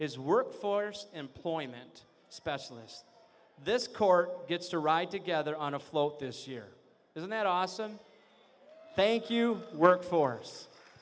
is workforce employment specialist this court gets to ride together on a float this year isn't that awesome thank you workforce